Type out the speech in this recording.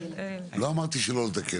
אמרתי לא לתקן.